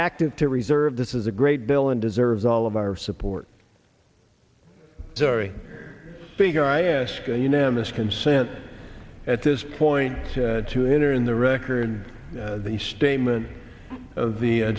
active to reserve this is a great bill and deserves all of our support sorry figure i ask unanimous consent at this point to enter in the record the statement of the